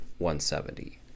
170